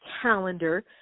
calendar